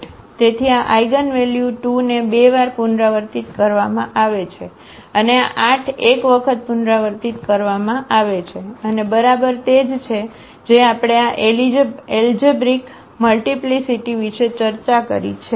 તેથી આ આઇગનવેલ્યુ 2 ને બે વાર પુનરાવર્તિત કરવામાં આવે છે અને આ 8 એક વખત પુનરાવર્તિત કરવામાં આવે છે અને બરાબર તે જ છે જે આપણે આ એલજેબ્રિક મલ્ટીપ્લીસીટી વિશે ચર્ચા કરી છે